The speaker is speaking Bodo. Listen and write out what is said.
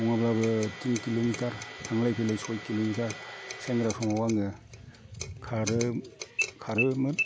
नङाब्लाबो थिन किल'मिटार थांलाय फैलाय सइ किल'मिटार सेंग्रा समाव आङो खारोमोन